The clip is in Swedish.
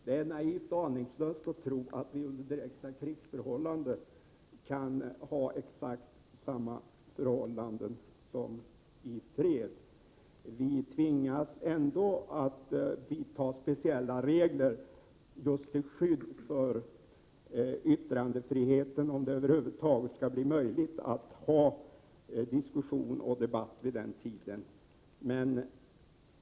Det är naivt och aningslöst att tro att vi under direkta krigsförhållanden kan tillämpa exakt samma regler som i fred. Vi är tvingade att ha speciella regler till skydd för yttrandefriheten, om det över huvud taget skall vara möjligt att ha diskussion och debatt under krigstid.